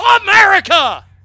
America